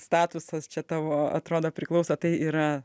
statusas čia tavo atrodo priklauso tai yra